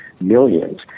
millions